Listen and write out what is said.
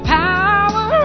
power